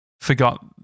Forgot